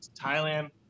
Thailand